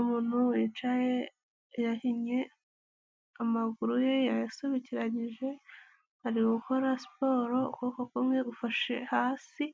Umuntu wicaye, yahinnye amaguru ye yayasobekeranyije ari gukora siporo, ukuboko kumwe gufashe hasi,